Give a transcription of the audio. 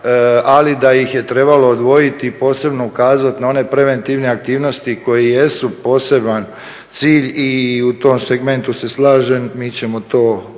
ali da ih je trebalo odvojiti i posebno ukazati na one preventivne aktivnosti koje jesu poseban cilj i u tom segmentu se slažem. Mi ćemo to popraviti.